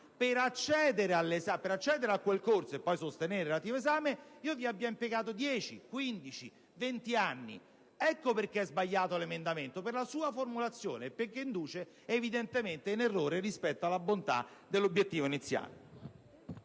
per accedere a quel corso e poi sostenere il relativo esame ho impiegato 10, 15 o 20 anni. Ecco perché tali emendamenti sono sbagliati, per la loro formulazione e perché inducono evidentemente in errore rispetto alla bontà dell'obiettivo iniziale.